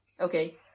Okay